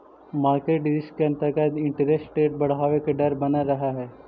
market risk के अंतर्गत interest rate बढ़वे के डर बनल रहऽ हई